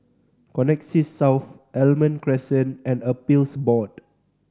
Connexis South Almond Crescent and Appeals Board